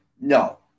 No